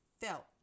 felt